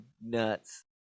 nuts